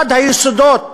אחד היסודות